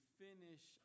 finish